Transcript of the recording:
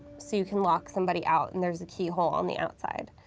so you can lock somebody out, and there's a keyhole on the outside.